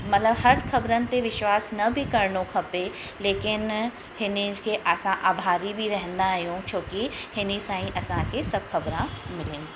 मतिलबु हर ख़बरनि ते विश्वास न बि करिणो खपे लेकिन हिन खे असां अभारी बि रहंदा आहियूं छोकी हिन सां ई असांखे सभु ख़बरा मिलनि थियूं